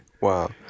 Wow